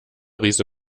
riese